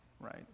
right